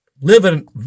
living